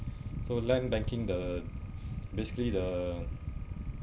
so land banking the basically the